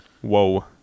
Whoa